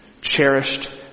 cherished